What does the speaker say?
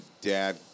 dad